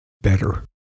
better